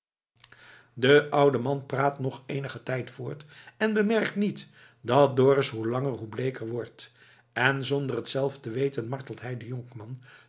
de oude man praat nog eenigen tijd voort en bemerkt niet dat dorus hoe langer hoe bleeker wordt en zonder het zelf te weten martelt hij den jonkman